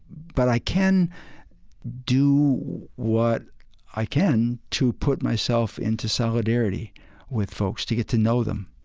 but i can do what i can to put myself into solidarity with folks, to get to know them,